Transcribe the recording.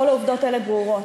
כל העובדות האלה ברורות.